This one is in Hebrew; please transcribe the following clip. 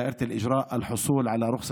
להצבעה בקריאה השנייה ובקריאה השלישית במהירות